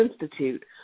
Institute